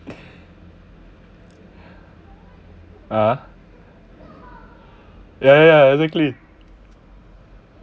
(uh huh) ya ya ya exactly